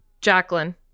Jacqueline